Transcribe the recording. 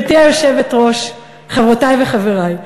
גברתי היושבת-ראש, חברותי וחברי,